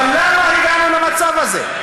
אבל למה הגענו למצב הזה?